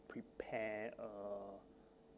prepare a